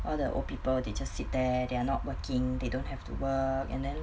all the old people they just sit there they are not working they don't have to work and then